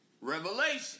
revelation